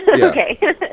Okay